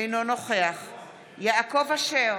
אינו נוכח יעקב אשר,